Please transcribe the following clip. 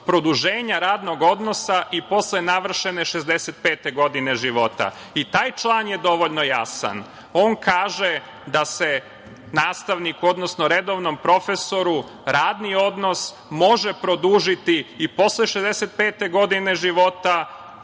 produženja radnog odnosa i posle navršene 65 godine života. Taj član je dovoljno jasan. On kaže da se nastavnik, odnosno redovnom profesoru radni odnos može produžiti i posle 65 godine života